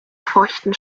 feuchten